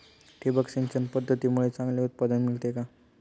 ठिबक सिंचन पद्धतीमुळे चांगले उत्पादन मिळते का?